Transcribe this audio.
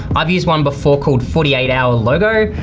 i've used one before called forty eight hour logo.